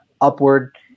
upward